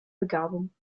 begabung